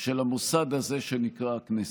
של המוסד הזה שנקרא הכנסת.